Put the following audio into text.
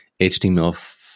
html